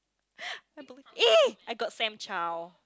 I don't eh I got Sam-Chow